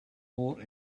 more